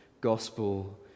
gospel